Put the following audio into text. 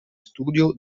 studio